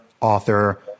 author